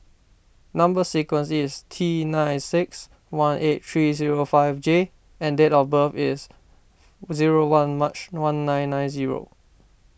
Number Sequence is T nine six one eight three zero five J and date of birth is zero one March one nine nine zero